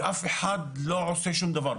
ואף אחד לא עושה שום דבר.